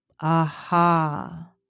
Aha